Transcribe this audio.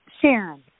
Sharon